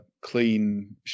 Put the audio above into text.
clean